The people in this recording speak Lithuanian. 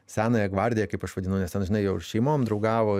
senąją gvardiją kaip aš vadinu nes ten žinai jau ir šeimom draugavo